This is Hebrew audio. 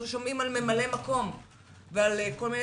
אנחנו שומעים על ממלאי מקום ועל כל מיני